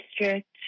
district